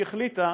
היא החליטה